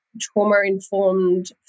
trauma-informed